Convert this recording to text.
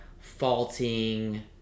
faulting